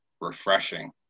refreshing